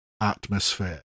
atmosphere